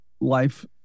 life